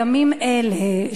בימים אלה,